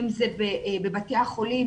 אם זה בבתי החולים.